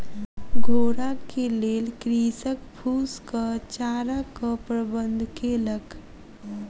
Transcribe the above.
घोड़ा के लेल कृषक फूसक चाराक प्रबंध केलक